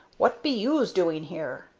what be yous doing here?